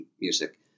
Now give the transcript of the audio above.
music